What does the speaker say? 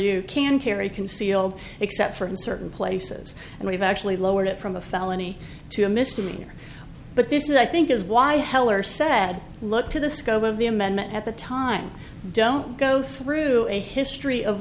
you can carry concealed except for in certain places and we've actually lowered it from a felony to a misdemeanor but this is i think is why heller said look to the scope of the amendment at the time don't go through a history of